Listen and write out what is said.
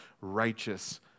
righteous